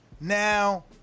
Now